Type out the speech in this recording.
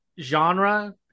genre